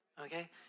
okay